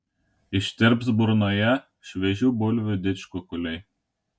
ištirps burnoje šviežių bulvių didžkukuliai